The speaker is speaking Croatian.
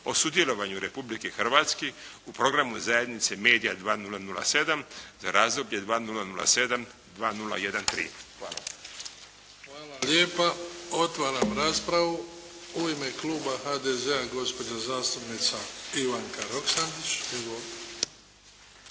o sudjelovanju Republike Hrvatske u Programu zajednice Media 2007. za razdoblje 2007.-2013. Hvala. **Bebić, Luka (HDZ)** Hvala lijepa. Otvaram raspravu. U ime kluba HDZ-a, gospođa zastupnica Ivanka Roksandić. Izvolite.